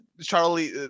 Charlie